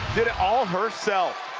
did it all herself.